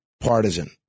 partisan